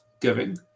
giving